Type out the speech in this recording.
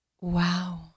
Wow